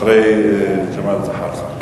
אחרי ג'מאל זחאלקה.